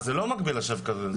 אז זה לא מקביל לשקף הקודם.